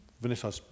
Vanessa